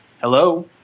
Hello